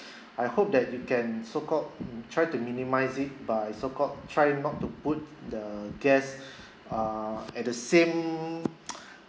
I hope that you can so called try to minimise it by so called try not to put the guests uh at the same